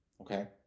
Okay